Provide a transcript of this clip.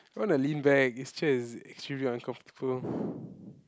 wanna lean back this chair is extremely uncomfortable